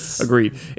Agreed